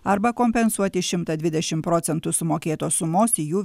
arba kompensuoti šimtą dvidešim procentų sumokėtos sumos į jų